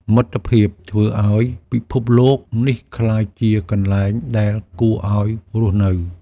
មិត្តភាពធ្វើឱ្យពិភពលោកនេះក្លាយជាកន្លែងដែលគួរឱ្យរស់នៅ។